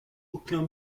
aucun